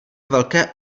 velké